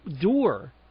door